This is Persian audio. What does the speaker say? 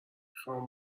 خوام